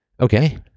Okay